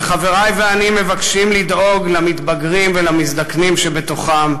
וחברי ואני מבקשים לדאוג למתבגרים ולמזדקנים שבתוכם,